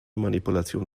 manipulation